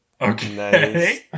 Okay